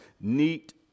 neat